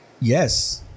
yes